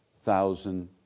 thousand